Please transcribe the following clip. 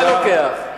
אתה לוקח.